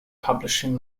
publishing